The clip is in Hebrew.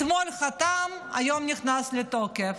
אתמול חתם, היום נכנס לתוקף.